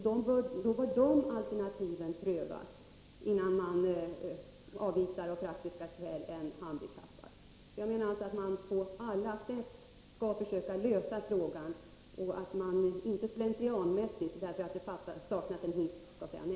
Då bör det alternativet prövas, innan man av praktiska skäl avvisar en handikappad. Jag menar alltså att man på alla sätt skall försöka lösa frågan och inte slentrianmässigt säga nej därför att det fattas en hiss.